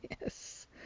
Yes